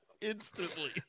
Instantly